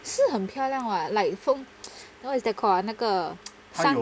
是很漂亮 [what] like 风 what is that called ah 那个 sun